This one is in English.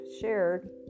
shared